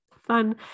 fun